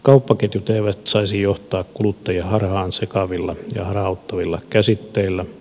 kauppaketjut eivät saisi johtaa kuluttajia harhaan sekavilla ja harhauttavilla käsitteillä